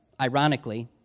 ironically